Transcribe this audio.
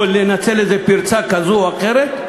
או לנצל איזו פרצה כזאת או אחרת,